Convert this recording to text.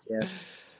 Yes